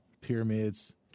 pyramids